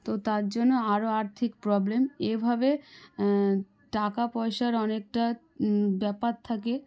তো তার জন্য আরও আর্থিক প্রবলেম এভাবে টাকা পয়সার অনেকটা ব্যাপার থাকে